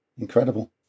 Incredible